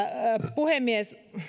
puhemies